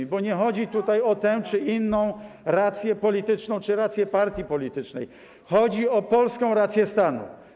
Bo tutaj nie chodzi o tę czy inną rację polityczną czy rację partii politycznej, chodzi o polską rację stanu.